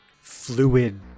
fluid